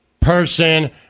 person